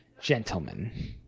gentlemen